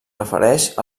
refereix